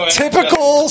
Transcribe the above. typical